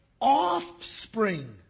offspring